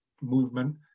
movement